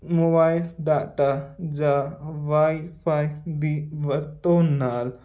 mobile data ਜਾਂ wifi ਦੀ ਵਰਤੋਂ ਨਾਲ